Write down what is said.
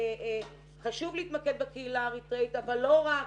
חשוב להתמקד בקהילה האריתראית אבל לא רק.